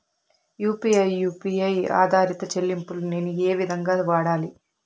UPI U P I ఆధారిత చెల్లింపులు నేను ఏ విధంగా వాడాలి?